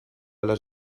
les